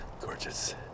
gorgeous